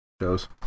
shows